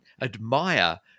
admire